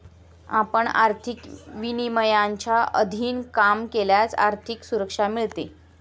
आपण आर्थिक विनियमांच्या अधीन काम केल्यास आर्थिक सुरक्षा मिळते